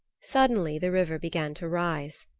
suddenly the river began to rise.